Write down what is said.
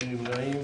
מי נמנע?